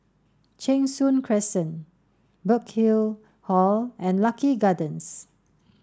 Cheng Soon Crescent Burkill Hall and Lucky Gardens